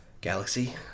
galaxy